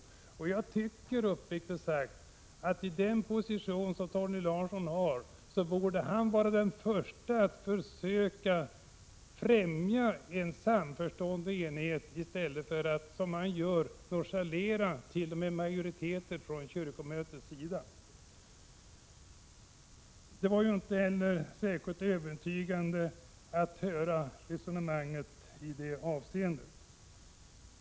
Uppriktigt sagt tycker jag att i den position som Torgny Larsson har borde han vara den förste att försöka främja samförstånd och enighet i stället för att, som han gör, nonchalera t.o.m. kyrkomötets majoritet. Det var inte särskilt övertygande att höra hans resonemang i det avseendet.